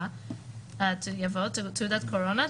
יבוא תעודת קורונה,